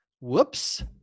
Whoops